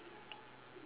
oh the house right